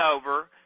over